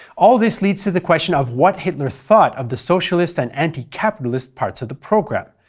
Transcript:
all this leads to the question of what hitler thought of the socialist and anti-capitalist parts of the program,